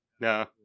No